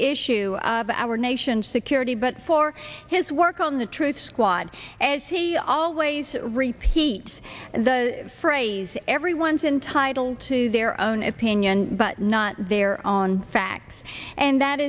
issue but our nation's security but for his work on the truth squad as he always repeats the phrase everyone's entitled to their own opinion but not their on facts and that